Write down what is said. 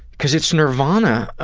cause it's nirvana.